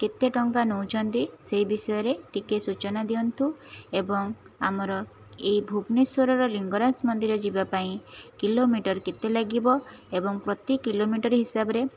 କେତେ ଟଙ୍କା ନେଉଛନ୍ତି ସେଇ ବିଷୟରେ ଟିକେ ସୂଚନା ଦିଅନ୍ତୁ ଏବଂ ଆମର ଏଇ ଭୁବନେଶ୍ଵରର ଲିଙ୍ଗରାଜ ମନ୍ଦିର ଯିବା ପାଇଁ କିଲୋମିଟର କେତେ ଲାଗିବ ଏବଂ ପ୍ରତି କିଲୋମିଟର ହିସାବରେ